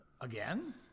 again